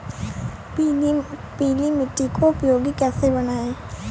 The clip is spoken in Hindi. पीली मिट्टी को उपयोगी कैसे बनाएँ?